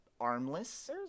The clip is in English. armless